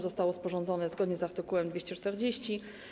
Zostało sporządzone zgodnie z art. 240.